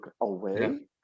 away